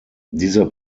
dieser